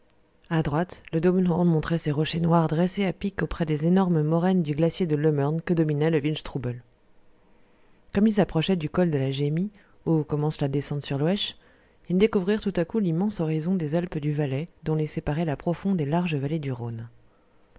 a droite le daubenhorn montrait ses rochers noirs dressés à pic auprès des énormes moraines du glacier de loemmern que dominait le wildstrubel comme ils approchaient du col de la gemmi où commence la descente sur loëche ils découvrirent tout à coup l'immense horizon des alpes du valais dont les séparait la profonde et large vallée du rhône